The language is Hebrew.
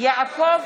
יעקב